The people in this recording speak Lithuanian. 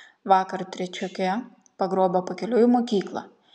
vakar trečiokę pagrobė pakeliui į mokyklą